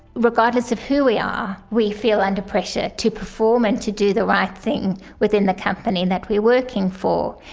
regardless of who we are, we feel under pressure to perform and to do the right thing within the company that we're working for.